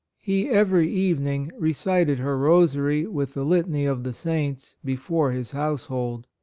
he, every evening, recited her rosary with the litany of the saints before his household.